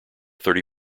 thirty